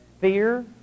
Fear